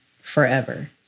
Forever